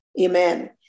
Amen